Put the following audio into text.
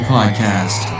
Podcast